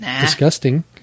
disgusting